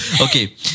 Okay